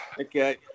Okay